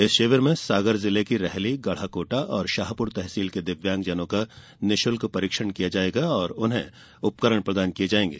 इस शिविर में सागर जिले की रहली गढ़ाकोटा शाहपूर तहसील के दिव्यांगजनों का निरूशल्क परीक्षण किया जायेगा और उपकरण प्रदान किए जाएंगे